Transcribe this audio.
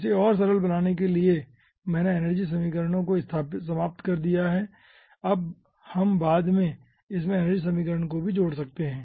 इसे और सरल बनाने के लिए मैंने एनर्जी समीकरण को समाप्त कर दिया है हम बाद में इसमें एनर्जी समीकरण को भी जोड़ सकते है